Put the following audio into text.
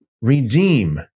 Redeem